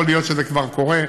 יכול להיות שזה כבר קורה,